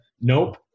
nope